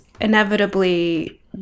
inevitably